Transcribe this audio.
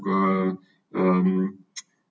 uh um